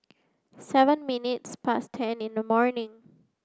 seven minutes past ten in the morning